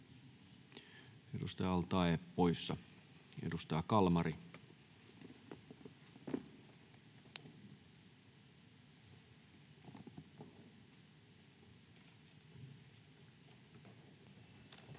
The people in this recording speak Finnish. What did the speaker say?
Edustaja al-Taee poissa. — Edustaja Kalmari.